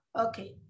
okay